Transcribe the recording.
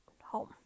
home